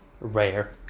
rare